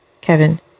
Kevin